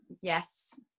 yes